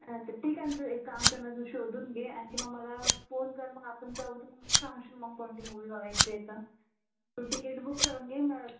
अच्छा ठीक आहे ना तू एक काम कर ना तू शोधून घे आणखी मग मला फोन कर मग आपण जाऊ तर मग सांगशील मग कोणती मुव्ही बघायची आहे तर तू टिकेट बुक करून घे मग